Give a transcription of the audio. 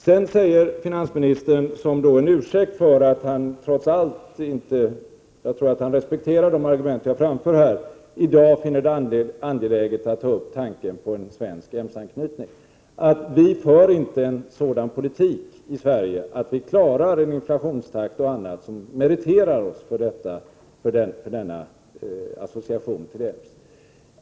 Jag tror att finansministern respekterar de argument som jag här har framfört, men han säger som en ursäkt till att han i dag trots allt inte finner det angeläget att ta upp tanken om en svensk EMS-anknytning, att vi inte för en sådan politik i Sverige att vi klarar inflationstakt och annat som meriterar oss för association till EMS.